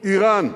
אירן.